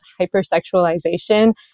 hypersexualization